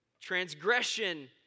transgression